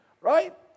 right